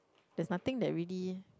there's nothing that really